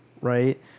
right